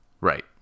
right